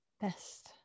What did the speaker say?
best